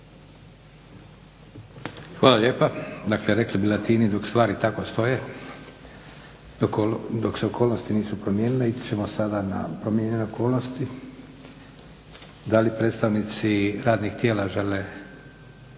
Hvala lijepa. Da ste rekli …/Govornik se ne razumije…/ dok stvari tako stoje. Dok se okolnosti nisu promijenile, ići ćemo sada na promijenjene okolnosti. Da li predstavnici radnih tijela žele